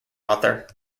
author